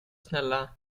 snälla